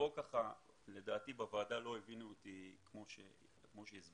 כאן לדעתי בוועדה לא הבינו אותי כמו שהסברתי.